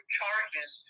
charges